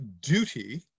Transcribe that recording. duty